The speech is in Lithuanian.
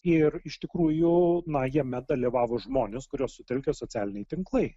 ir iš tikrųjų na jame dalyvavo žmonės kuriuos sutelkė socialiniai tinklai